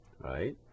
right